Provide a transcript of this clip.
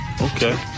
Okay